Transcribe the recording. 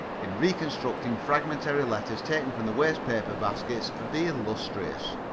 in reconstructing fragmentary letters taken from the waste-paper baskets of the illustrious.